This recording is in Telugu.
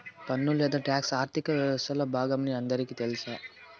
పన్ను లేదా టాక్స్ ఆర్థిక వ్యవస్తలో బాగమని అందరికీ తెల్స